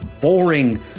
boring